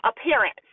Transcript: appearance